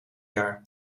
jaar